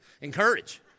Encourage